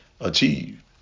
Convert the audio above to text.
achieve